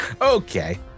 Okay